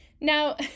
Now